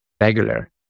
regular